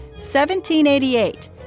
1788